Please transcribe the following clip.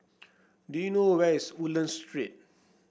do you know where is Woodlands Street